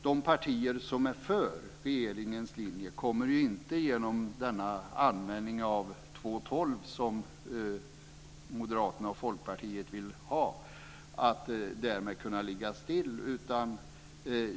De partier som är för regeringens linje kommer därmed inte, genom den användning av 2:12 som Moderaterna och Folkpartiet vill ha, kunna ligga still.